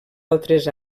altres